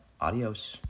Adios